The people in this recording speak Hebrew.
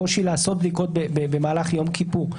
הקושי לעשות בדיקות במהלך יום כיפור,